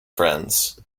friends